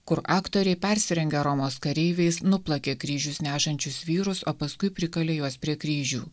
kur aktoriai persirengę romos kareiviais nuplakė kryžius nešančius vyrus o paskui prikalė juos prie kryžių